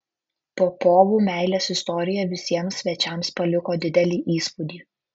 popovų meilės istorija visiems svečiams paliko didelį įspūdį